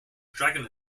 dragon